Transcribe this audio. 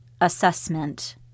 Assessment